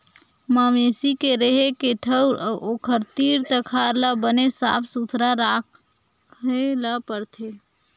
मवेशी के रेहे के ठउर अउ ओखर तीर तखार ल बने साफ सुथरा राखे ल परथे